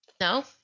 No